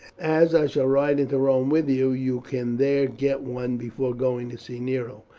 as i shall ride into rome with you, you can there get one before going to see nero.